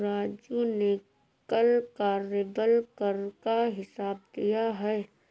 राजू ने कल कार्यबल कर का हिसाब दिया है